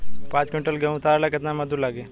पांच किविंटल गेहूं उतारे ला केतना मजदूर लागी?